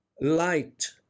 light